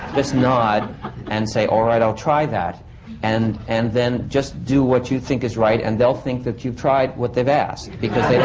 just nod and say, all right, i'll try that and. and then just do what you think is right, and they'll think that you've tried what they've asked. because they don't know